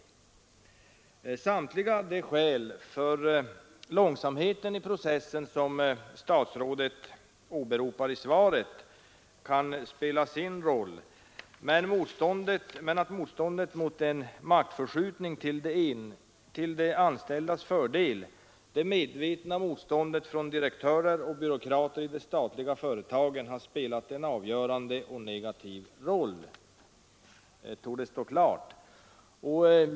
Samtliga de skäl för långsamheten i processen som statsrådet åberopar i svaret kan spela sin roll men att motståndet mot en maktförskjutning till de anställdas fördel, det medvetna motståndet från direktörer och byråkrater i de statliga företagen, har spelat en avgörande och negativ roll torde stå klart.